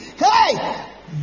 Hey